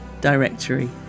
directory